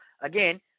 again